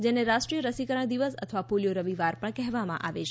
જેને રાષ્ટ્રીય રસીકરણ દિવસ અથવા પોલિયો રવિવાર પણ કહેવામાં આવે છે